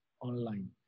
online